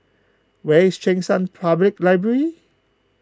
where is Cheng San Public Library